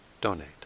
donate